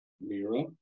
Mira